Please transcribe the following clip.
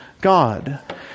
God